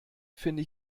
finde